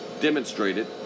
demonstrated